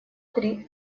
три